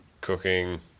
cooking